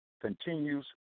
continues